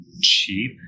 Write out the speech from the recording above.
Cheap